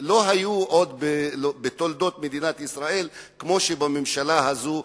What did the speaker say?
שלא היו עוד בתולדות מדינת ישראל כמו בממשלה הזו,